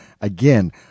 again